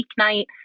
weeknight